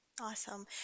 awesome